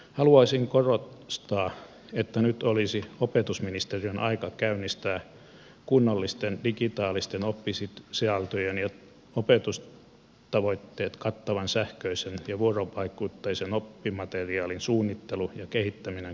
haluaisin korostaa että nyt olisi opetusministeriön aika käynnistää kunnallisten digitaalisten oppisisältöjen ja opetustavoitteet kattavan sähköisen ja vuorovaikutteisen oppimateriaalin suunnittelu ja kehittäminen kouluja varten